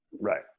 right